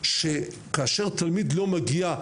שכאשר תלמיד לא מגיע,